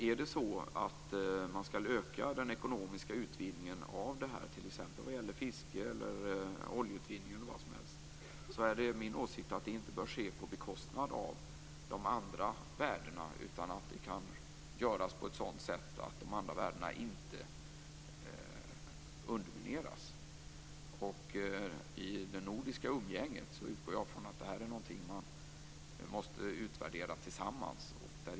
Om man skall öka den ekonomiska utvinningen, t.ex. vad gäller fiske, oljeutvinning eller vad som helst, är det min åsikt att detta inte bör ske på bekostnad av de andra värdena utan att det måste kunna göras på ett sådant sätt att de andra värdena inte undermineras. I det nordiska umgänget utgår jag från att det här är någonting man måste utvärdera tillsammans.